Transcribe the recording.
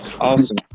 Awesome